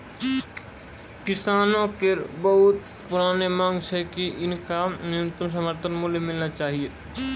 किसानो केरो बहुत पुरानो मांग छै कि हुनका न्यूनतम समर्थन मूल्य मिलना चाहियो